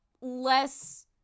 less